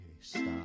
stop